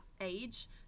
age